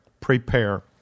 prepare